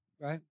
Right